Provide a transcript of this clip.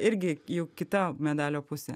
irgi jau kita medalio pusė